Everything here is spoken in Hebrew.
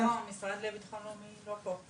המשרד לביטחון לאומי לא פה.